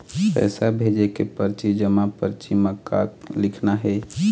पैसा भेजे के परची जमा परची म का लिखना हे?